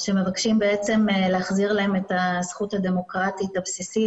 שמבקשים להחזיר להם את הזכות הדמוקרטית הבסיסית